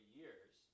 years